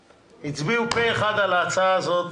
הצביעו פה אחד על ההצעה הזאת.